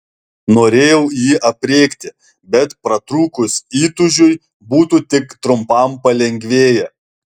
norėjau jį aprėkti bet pratrūkus įtūžiui būtų tik trumpam palengvėję